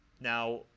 Now